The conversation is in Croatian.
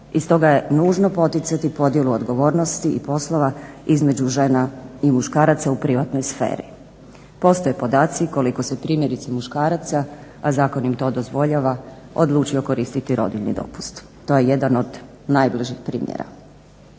i stoga je nužno poticati podjelu odgovornosti i poslova između žena i muškaraca u privatnoj sferi. Postoje podaci koliko su primjerice muškaraca, a zakon im to dozvoljava, odlučili koristiti rodiljni dopust. To je jedan od najblažih primjera.